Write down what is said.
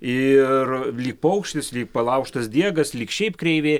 ir lyg paukštis lyg palaužtas diegas lyg šiaip kreivė